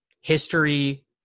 history